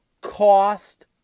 Cost